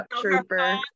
Trooper